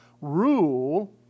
rule